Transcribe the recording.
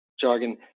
jargon